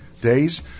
days